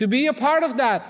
to be a part of that